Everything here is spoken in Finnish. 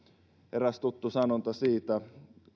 eräs tuttu sanonta siitä